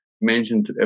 mentioned